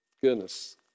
goodness